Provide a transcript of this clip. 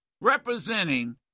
representing